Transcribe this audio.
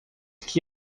que